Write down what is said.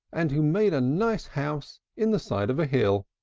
and who made a nice house in the side of a hill.